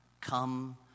Come